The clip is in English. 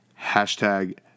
hashtag